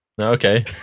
Okay